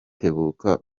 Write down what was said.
tebuka